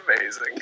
amazing